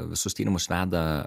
visus tyrimus veda